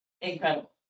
incredible